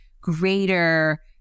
greater